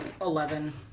Eleven